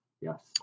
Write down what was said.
Yes